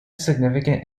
significant